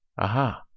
aha